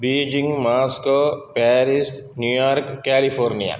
Beijing Moscow Paris New York California